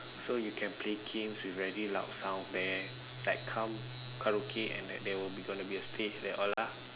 so you can play games with very loud sounds there like come karaoke at night there will be going to be a stage there all lah